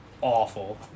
awful